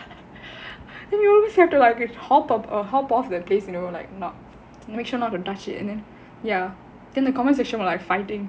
then we always have to like hop off hop off the place you know like to make sure not to touch it and then ya then the comment section were like fighting